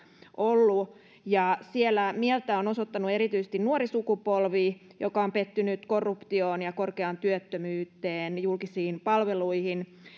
ollut siellä mieltä on osoittanut erityisesti nuori sukupolvi joka on pettynyt korruptioon korkeaan työttömyyteen ja julkisiin palveluihin